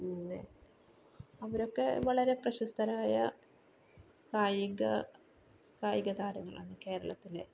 പിന്നെ അവരൊക്കെ വളരെ പ്രശസ്തരായ കായിക കായിക താരങ്ങളാണ് കേരളത്തിലെ